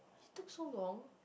took so long